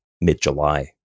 mid-july